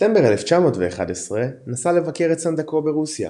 בספטמבר 1911 נסע לבקר את סנדקו ברוסיה.